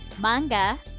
manga